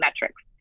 metrics